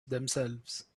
themselves